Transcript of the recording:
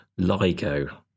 LIGO